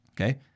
Okay